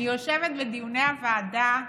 אני יושבת בדיוני הוועדה,